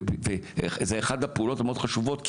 זו אחת הפעולות המאוד חשובות,